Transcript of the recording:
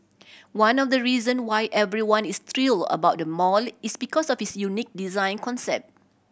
one of the reason why everyone is thrilled about the mall is because of its unique design concept